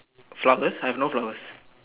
flowers I have no flowers